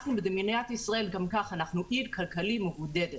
במדינת ישראל גם כך אנחנו אי כלכלי מבודד,